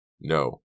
No